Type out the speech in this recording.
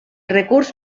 recurs